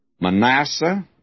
Manasseh